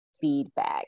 feedback